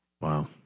Wow